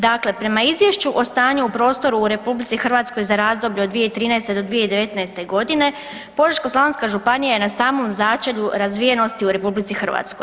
Dakle, prema Izvješću o stanju u prostoru u RH za razdoblje od 2013.-2019.g. Požeško-slavonska županija je na samom začelju razvijenosti u RH.